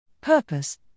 Purpose